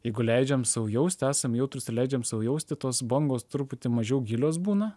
jeigu leidžiam sau jaust esam jautrūs ir leidžiam sau jausti tos bangos truputį mažiau gilios būna